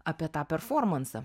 apie tą performansą